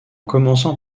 commençant